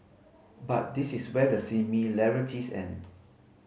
but this is where the similarities end